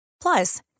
Plus